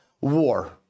war